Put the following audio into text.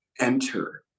enter